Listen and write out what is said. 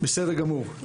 בסדר גמור,